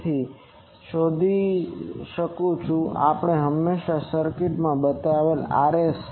તેથી શું શોધી રહ્યું છે કે આપણે હંમેશાં સર્કિટમાં બતાવેલ Rs